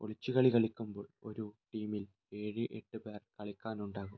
ഒളിച്ചുകളി കളിക്കുമ്പോൾ ഒരു ടീമിൽ ഏഴ് എട്ട് പേർ കളിക്കാനുണ്ടാകും